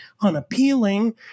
unappealing